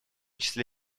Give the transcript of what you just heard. числе